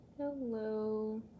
Hello